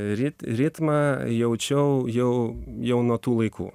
rit ritmą jaučiau jau jau nuo tų laikų